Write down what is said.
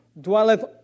dwelleth